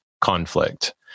conflict